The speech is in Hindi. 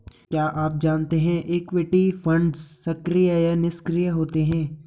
क्या आप जानते है इक्विटी फंड्स सक्रिय या निष्क्रिय होते हैं?